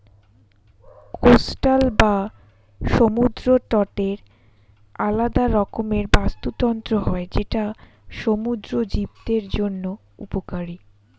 coastal বা সমুদ্র তটের আলাদা রকমের বাস্তুতন্ত্র হয় যেটা সমুদ্র জীবদের জন্য উপকারী